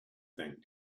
thing